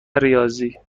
ریاضی